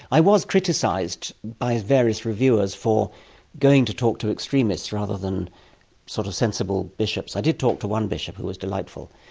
i was criticised by various reviewers for going to talk to extremists rather than sort of sensible sensible bishops. i did talk to one bishop who was delightful.